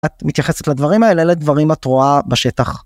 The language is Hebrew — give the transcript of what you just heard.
את מתייחסת לדברים האלה לדברים את רואה בשטח.